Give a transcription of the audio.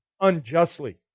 unjustly